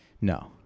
No